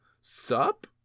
Sup